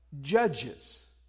Judges